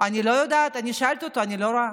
אני לא יודעת, אני שאלתי אותו, אני לא רואה.